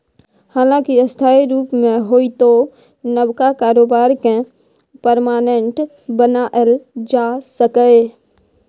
हालांकि अस्थायी रुप मे होइतो नबका कारोबार केँ परमानेंट बनाएल जा सकैए